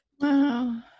wow